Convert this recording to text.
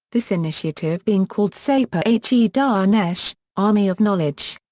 this initiative being called sepah e danesh, army of knowledge.